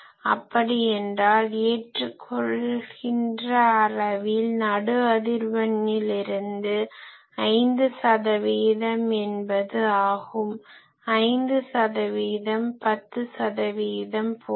அப்படி என்றால் ஏற்றுக்கொள்கிற அளவில் நடு அதிர்வெண்ணிலிருந்து 5 சதவிகிதம் என்பது ஆகும் 5 சதவிகிதம் 10 சதவிகிதம் போன்று